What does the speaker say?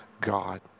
God